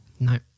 No